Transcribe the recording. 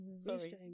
Sorry